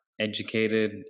educated